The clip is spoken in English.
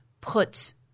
puts